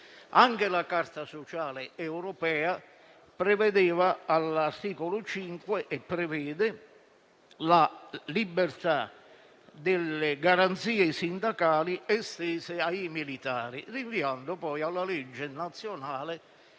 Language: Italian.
Anche la Carta sociale europea prevedeva, all'articolo 5, e prevede la libertà delle garanzie sindacali estese ai militari, rinviando poi alla legge nazionale